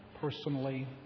personally